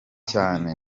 cyane